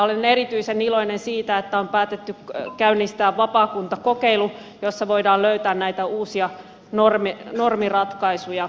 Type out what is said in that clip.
olen erityisen iloinen siitä että on päätetty käynnistää vapaakuntakokeilu jossa voidaan löytää näitä uusia normiratkaisuja